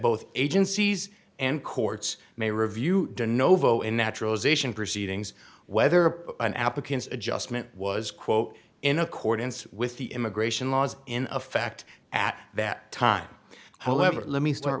both agencies and courts may review de novo in naturalization proceedings whether an applicant's adjustment was quote in accordance with the immigration laws in effect at that time however let me start